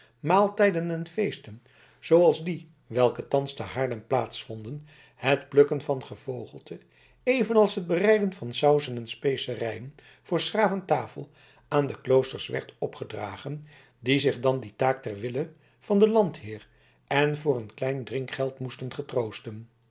maaltijden en feesten zooals die welke thans te haarlem plaats vonden het plukken van gevogelte evenals het bereiden van sauzen en specerijen voor s graven tafel aan de kloosters werd opgedragen die zich dan die taak ter wille van den landheer en voor een klein drinkgeld moesten getroosten